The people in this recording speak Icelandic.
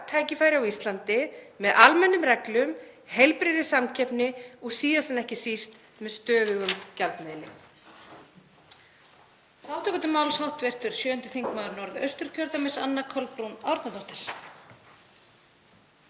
tækifæri á Íslandi með almennum reglum, heilbrigðri samkeppni og síðast en ekki síst með stöðugum gjaldmiðli.